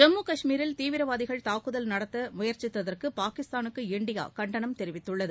ஜம்மு கஷ்மீரில் தீவிரவாதிகள் தாக்குதல் நடத்த முயற்சித்ததற்கு பாகிஸ்தானுக்கு இந்தியா கண்டனம் தெரிவித்துள்ளது